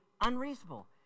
unreasonable